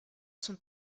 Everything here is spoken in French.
son